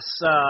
Yes